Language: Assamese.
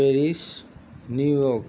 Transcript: Paris New York